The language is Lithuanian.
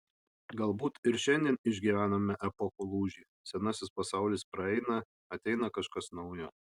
galbūt ir šiandien išgyvename epochų lūžį senasis pasaulis praeina ateina kažkas naujo